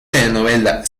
telenovela